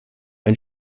ein